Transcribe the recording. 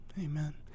Amen